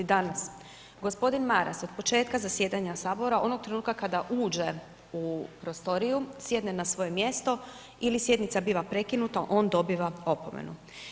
Danas gospodin Maras od početka zasjedanja sabora onog trenutka kada uđe u prostoriju sjedne na svoje mjesto ili sjednica biva prekinuta on dobiva opomenu.